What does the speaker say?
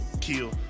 kill